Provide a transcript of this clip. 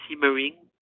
simmering